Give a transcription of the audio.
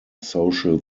social